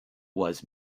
was